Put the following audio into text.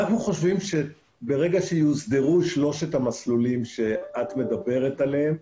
אנחנו חושבים שברגע שיוסדרו שלושת המסלולים שאת מדברת עליהם,